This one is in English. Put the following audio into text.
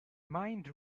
mind